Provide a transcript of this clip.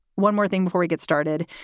one more thing before we get started.